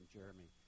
Jeremy